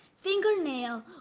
Fingernail